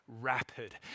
rapid